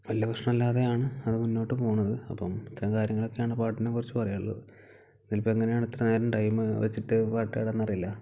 വലിയ പ്രശ്നമല്ലാതെയാണ് അത് മുന്നോട്ടു പോണത് അപ്പം ഇത്തരം കാര്യങ്ങളൊക്കെയാണ് പാട്ടിനെക്കുറിച്ച് പറയാനുള്ളത് ഇതിലിപ്പെങ്ങനെയാണ് എത്ര നേരം ടൈം വെച്ചിട്ട് പാട്ട് പാടുകയെന്നറിയില്ല